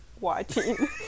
Watching